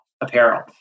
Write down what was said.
apparel